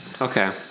Okay